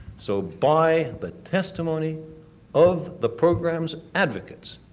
so, by the testimony of the program's advocates,